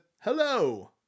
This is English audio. Hello